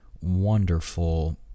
wonderful